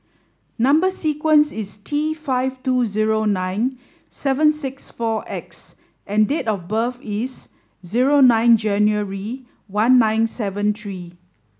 number sequence is T five two zero nine seven six four X and date of birth is zero nine January one nine seven three